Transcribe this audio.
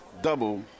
double –